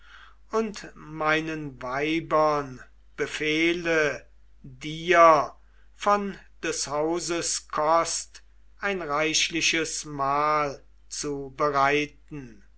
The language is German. und meinen weibern befehle dir von des hauses kost ein reichliches mahl zu bereiten